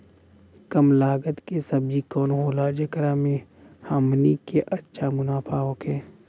कम लागत के सब्जी कवन होला जेकरा में हमनी के अच्छा मुनाफा होखे?